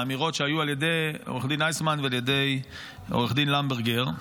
האמירות שהיו על ידי עו"ד איסמן ועל ידי עו"ד למברגר,